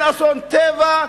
אין אסון טבע,